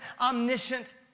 omniscient